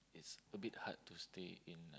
it's a bit hard to stay in